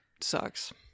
sucks